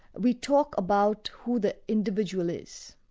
we talk about who the individual is.